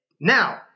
Now